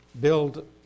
build